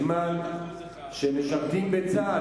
בזמן שהם משרתים בצה"ל,